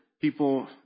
people